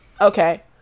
Okay